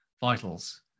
vitals